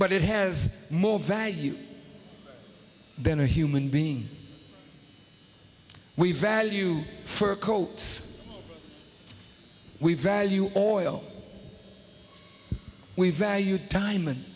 but it has more value than a human being we value for coats we value oil we value tim